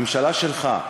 הממשלה שלך,